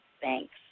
Thanks